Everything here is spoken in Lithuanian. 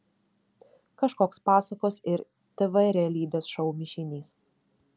kažkoks pasakos ir tv realybės šou mišinys